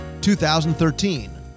2013